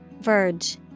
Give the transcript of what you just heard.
Verge